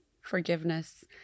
forgiveness